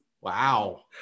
Wow